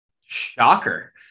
Shocker